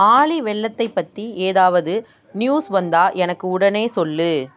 ஆலி வெள்ளத்தைப் பற்றி ஏதாவது நியூஸ் வந்தா எனக்கு உடனே சொல்